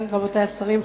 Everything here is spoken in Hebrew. רבותי השרים,